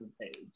page